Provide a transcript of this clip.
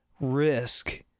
risk